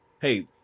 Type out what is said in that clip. Hey